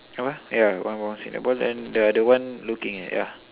come ah ya one one is with the ball then the other one looking at ya